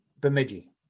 Bemidji